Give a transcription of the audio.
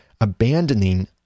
abandoning